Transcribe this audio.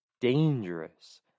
dangerous